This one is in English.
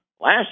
last